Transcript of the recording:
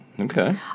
Okay